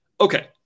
Okay